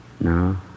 No